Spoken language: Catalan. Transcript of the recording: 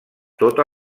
tota